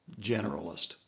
generalist